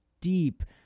deep